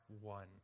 one